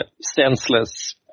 senseless